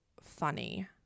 funny